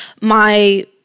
my-